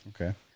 Okay